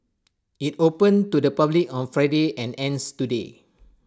IT opened to the public on Friday and ends today